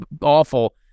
awful